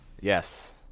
yes